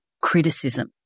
criticism